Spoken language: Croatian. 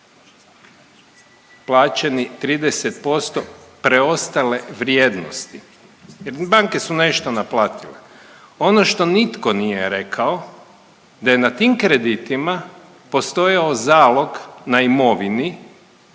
Plaćeni 30% preostale vrijednosti. Banke su nešto naplatile. Ono što nitko nije rekao da je na tim kreditima postojao zalog na imovini